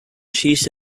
schießt